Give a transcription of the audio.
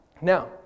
Now